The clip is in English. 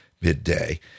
midday